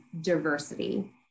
diversity